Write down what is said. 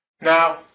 Now